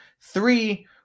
three